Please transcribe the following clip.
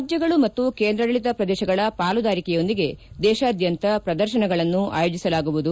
ರಾಜ್ಯಗಳು ಮತ್ತು ಕೇಂದ್ರಾಡಳಿತ ಪ್ರದೇಶಗಳ ಪಾಲುದಾರಿಕೆಯೊಂದಿಗೆ ದೇಶಾದ್ದಂತ ಪ್ರದರ್ಶನಗಳನ್ನು ಆಯೋಜಿಸಲಾಗುವುದು